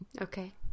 Okay